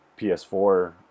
ps4